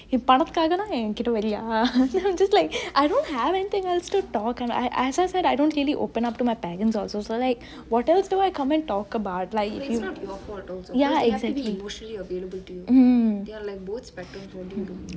என் பணத்துக்காகதா என்கிட்ட வரியா:en panathukaagethaa enkitte vereyaa I'm just like I don't have anything else to talk and as I said I don't open up to my parents also so like what else do I come and talk about ya mm